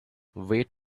wait